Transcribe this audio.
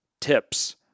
tips